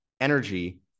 energy